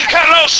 Hello